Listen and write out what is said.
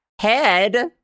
head